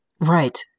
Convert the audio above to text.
Right